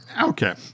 Okay